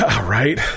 right